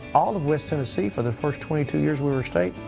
all of west tennessee for the first twenty two years we were a state,